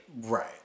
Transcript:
right